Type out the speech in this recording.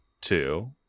two